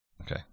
okay